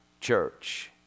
church